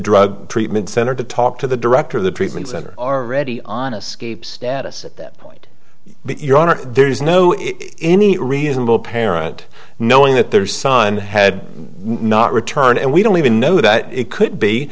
drug treatment center to talk to the director of the treatment center are already on escape status at that point your honor there's no if any reasonable parent knowing that their son had not returned and we don't even know that it could be